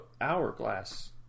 Hourglass